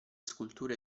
sculture